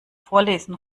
vorlesen